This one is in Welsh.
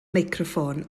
meicroffon